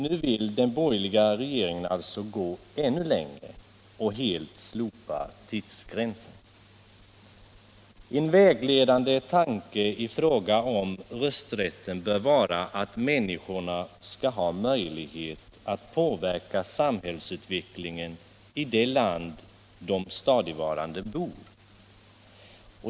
Nu vill den borgerliga regeringen alltså gå ännu längre och helt slopa tidsgränsen. En vägledande tanke i fråga om rösträtten bör vara att människorna skall ha möjlighet att påverka samhällsutvecklingen i det land där de stadigvarande bor.